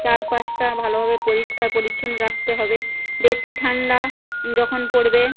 চারপাশটা ভালোভাবে পরিষ্কার পরিচ্ছন্ন রাখতে হবে বেশি ঠান্ডা যখন পড়বে